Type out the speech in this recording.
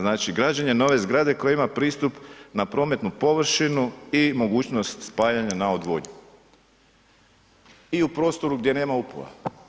Znači, građenje nove zgrade koja ima pristup na prometnu površinu i mogućnost spajanja na odvodnju i u prostoru gdje nema upova.